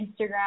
Instagram